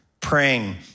praying